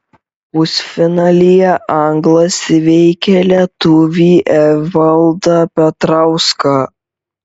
pusfinalyje anglas įveikė lietuvį evaldą petrauską